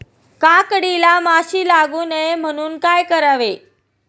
काकडीला माशी लागू नये म्हणून काय करावे?